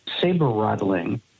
saber-rattling